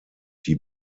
die